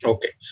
Okay